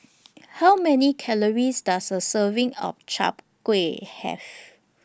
How Many Calories Does A Serving of Chap Gui Have